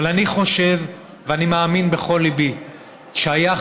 אבל אני חושב ואני מאמין בכל ליבי שהיחס